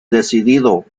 decidido